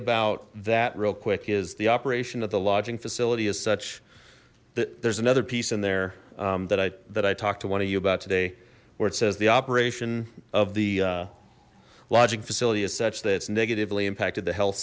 about that real quick is the operation of the lodging facility is such that there's another piece in there that i that i talked to one of you about today where it says the operation of the lodging facility is such that it's negatively impacted the health